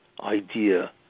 idea